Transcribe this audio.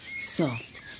soft